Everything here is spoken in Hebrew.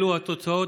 אלו התוצאות?